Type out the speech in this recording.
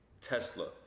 Tesla